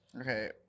Okay